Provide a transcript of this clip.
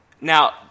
now